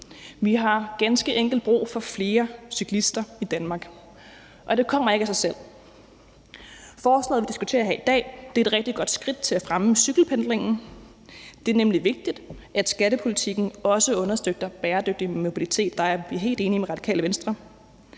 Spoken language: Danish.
Vi har ganske enkelt brug for flere cyklister i Danmark. Og det kommer ikke af sig selv. Forslaget, vi diskuterer her i dag, er et rigtig godt skridt til at fremme cykelpendlingen. Det er nemlig vigtigt, at skattepolitikken også understøtter bæredygtig mobilitet; der er jeg helt enig med Radikale Venstre.